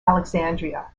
alexandria